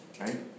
right